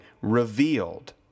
revealed